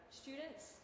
students